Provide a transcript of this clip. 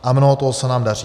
Ano, to se nám daří.